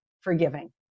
forgiving